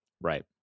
Right